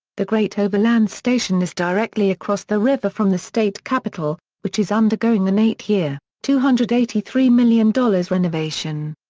the great overland station is directly across the river from the state capitol, which is undergoing an eight-year, two hundred and eighty three million dollars renovation.